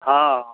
हँ